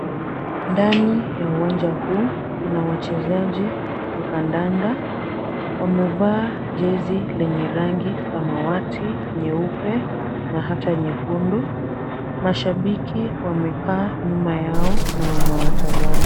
Ndani ya uwanja huu kuna wachezaji wa kandanda, wamevaa jezi lenye rangi samawati nyeupe na hata nyekundu mashabiki wamekaa nyuma yao na wanawatazama.